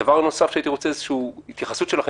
דבר נוסף שהייתי רוצה הוא התייחסות שלכם,